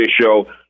show